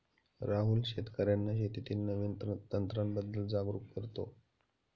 राहुल शेतकर्यांना शेतीतील नवीन तंत्रांबद्दल जागरूक करतो